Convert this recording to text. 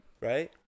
Right